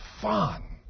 fun